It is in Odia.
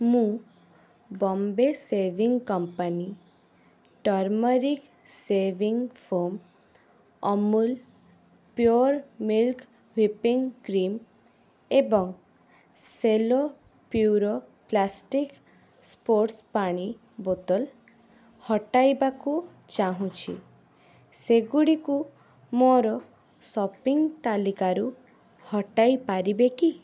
ମୁଁ Bombay Shaving Company turmeric shaving foam Amul pure milk whipping cream ଏବଂ ସେଲୋ ପ୍ୟୁରୋ ପ୍ଲାଷ୍ଟିକ୍ ସ୍ପୋର୍ଟ୍ସ୍ ପାଣି ବୋତଲ ହଟାଇବାକୁ ଚାହୁଁଛି ସେଗୁଡ଼ିକୁ ମୋର ସପିଂ ତାଲିକାରୁ ହଟାଇ ପାରିବେ କି